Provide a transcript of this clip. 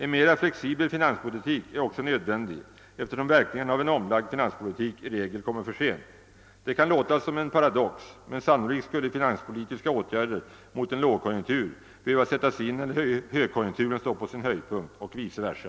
En mera flexibel finanspolitik är också nödvändig, eftersom verkningarna av en omlagd finanspolitik i regel kommer för sent; det kan låta som en paradox, men sannolikt skulle finanspolitiska åtgärder mot en lågkonjunktur behöva sättas in när högkon junkturen står på sin höjdpunkt, och vice versa.